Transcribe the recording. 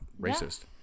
racist